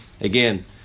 again